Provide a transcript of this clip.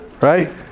right